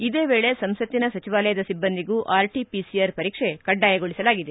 ಇದೇ ವೇಳೆ ಸಂಸತ್ತಿನ ಸಚಿವಾಲಯದ ಸಿಬ್ಲಂದಿಗೂ ಆರ್ಟಿ ಪಿಸಿಆರ್ ವರೀಕ್ಷೆ ಕಡ್ಡಾಯಗೊಳಿಸಲಾಗಿದೆ